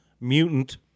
mutant